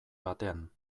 batean